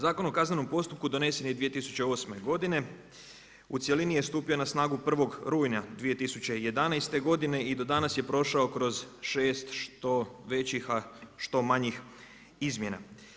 Zakon o kaznenom postupku donesen je 2008. godine, u cjelini je stupio na snagu 1. rujna 2011. godine i do danas je prošao kroz šest što većih, a što manjih izmjena.